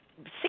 six